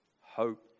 hope